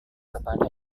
kepada